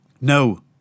No